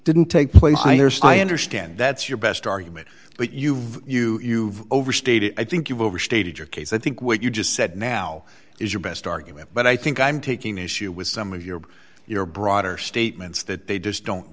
didn't take place either so i understand that's your best argument but you've you overstated i think you've overstated your case i think what you just said now is your best argument but i think i'm taking issue with some of your your broader statements that they just don't